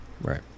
right